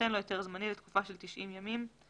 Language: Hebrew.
יינתן לו היתר זמני לתקופה של 90 ימים מיום